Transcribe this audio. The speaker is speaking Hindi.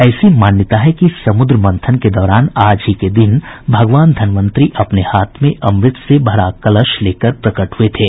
ऐसी मान्यता है कि समुद्र मंथन के दौरान आज ही के दिन भगवान धन्वंतरी अपने हाथ में अमृत से भरा कलश लेकर प्रकट हुये थे